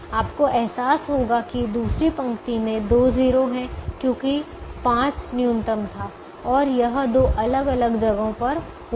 आपको एहसास होगा कि दूसरी पंक्ति मे दो 0 है क्योंकि 5 न्यूनतम था और यह दो अलग अलग जगहों पर हुआ